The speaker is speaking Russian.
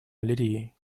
малярией